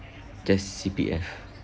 just C_P_F